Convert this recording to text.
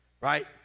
Right